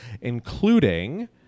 including